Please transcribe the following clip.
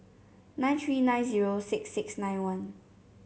nine three nine zero six six nine one